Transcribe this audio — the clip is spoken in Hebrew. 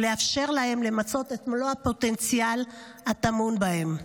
ולאפשר להם למצות את מלוא הפוטנציאל הטמון בהם.